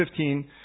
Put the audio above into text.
15